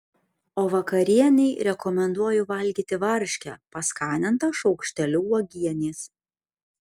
o vakarienei rekomenduoju valgyti varškę paskanintą šaukšteliu uogienės